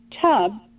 tub